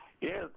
Yes